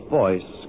voice